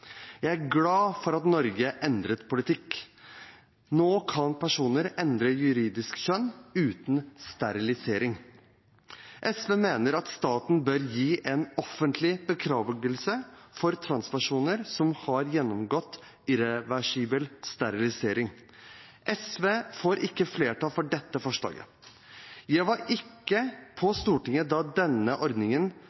Jeg er glad for at Norge endret politikk. Nå kan personer endre juridisk kjønn uten sterilisering. SV mener at staten bør gi en offentlig beklagelse til transpersoner som har gjennomgått irreversibel sterilisering. SV får ikke flertall for dette forslaget. Jeg var ikke på